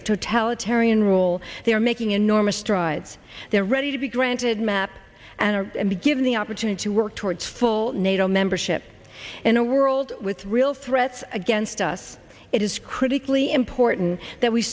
of totalitarian rule they are making enormous strides there ready to be granted map and be given the opportunity to work towards full nato membership in a world with real threats against us it is critically important that we